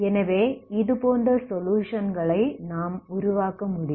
எனவே இதேபோன்ற சொலுயுஷன் களை நாம் உருவாக்க முடியும்